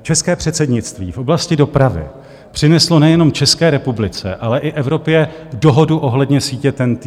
České předsednictví v oblasti dopravy přineslo nejenom České republice, ale i Evropě dohodu ohledně sítě TENT.